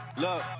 Look